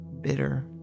bitter